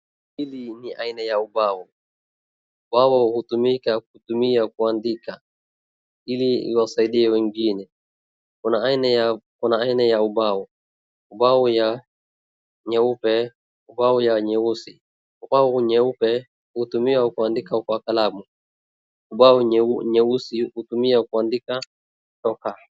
Hii ni aina ya ubao, ubao hutumika kutumia kuandika ili iwasaindie wengine. Kuna aina ya ubao, ubao nyeupe, ubao nyeusi. Ubao nyeupe hutumiwa kuandika kwa kalamu, ubao nyeusi hutumia kuandika choka.